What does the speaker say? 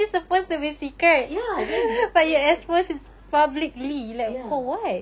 ya that's the ya